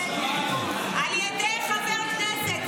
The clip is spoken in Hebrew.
זה בסדר, על ידי חבר כנסת.